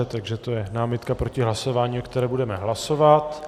Takže to je námitka proti hlasování, o které budeme hlasovat.